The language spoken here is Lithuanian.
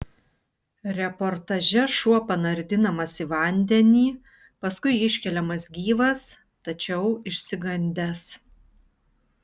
reportaže šuo panardinamas į vandenį paskui iškeliamas gyvas tačiau išsigandęs